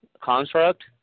construct